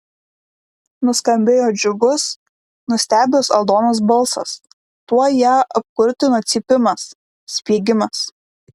nuskambėjo džiugus nustebęs aldonos balsas tuoj ją apkurtino cypimas spiegimas